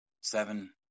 seven